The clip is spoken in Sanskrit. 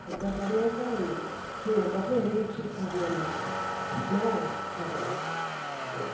अतः पर्यन्तं नि बहुनिरीक्षितव्यं न भवति एव